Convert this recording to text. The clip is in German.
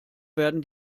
werden